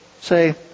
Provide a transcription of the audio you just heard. Say